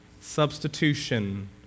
substitution